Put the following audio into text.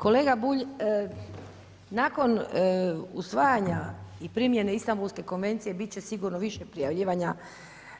Kolega Bulj, nakon usvajanja i primjene Istanbulske konvencije bit će sigurno više prijavljivanja